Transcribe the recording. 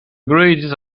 greatest